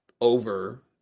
over